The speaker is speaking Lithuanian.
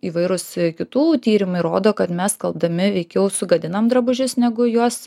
įvairūs kitų tyrimai rodo kad mes skalbdami veikiau sugadinam drabužius negu juos